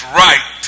right